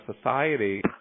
society